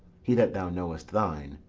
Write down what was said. he that thou knowest thine,